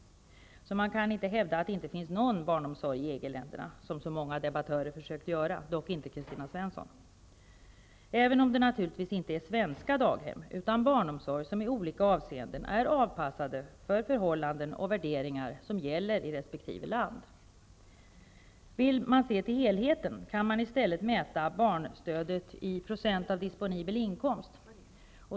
Man kan alltså inte hävda att det inte finns någon barnomsorg i EG-länderna, som många debattörer har försökt att göra -- dock inte Kristina Svensson. Det är naturligtvis inte fråga om svenska daghem, utan barnomsorg som i olika avseenden är avpassad för förhållanden och värderingar som gäller i resp. Vill man se till helheten, kan man i stället mäta barnstödet i procent av disponibel inkomst.